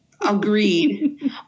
Agreed